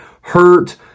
hurt